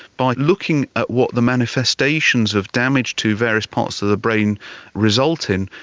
by looking at what the manifestations of damage to various parts of the brain result in,